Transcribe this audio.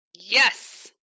Yes